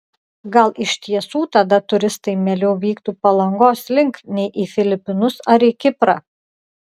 gal iš tiesų tada turistai mieliau vyktų palangos link nei į filipinus ar į kiprą